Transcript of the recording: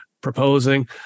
proposing